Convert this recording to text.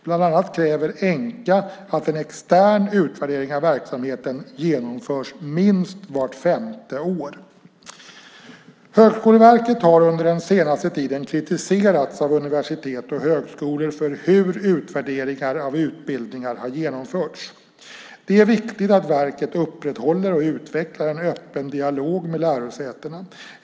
Bland annat kräver ENQA att en extern utvärdering av verksamheten genomförs minst vart femte år. Högskoleverket har under den senaste tiden kritiserats av universitet och högskolor för hur utvärderingar av utbildningar har genomförts. Det är viktigt att verket upprätthåller och utvecklar en öppen dialog med lärosätena.